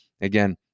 Again